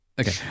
Okay